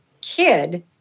kid